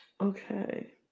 Okay